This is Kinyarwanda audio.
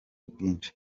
bwinshi